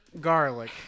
garlic